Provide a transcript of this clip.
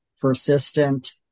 persistent